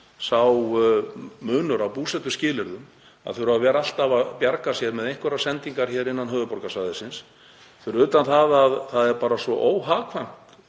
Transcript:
sá munur á búsetuskilyrðum að þurfa að vera alltaf að bjarga sér með einhverjar sendingar hér innan höfuðborgarsvæðisins, fyrir utan það að það er mjög óhagkvæmt